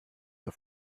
auf